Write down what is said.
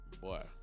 boy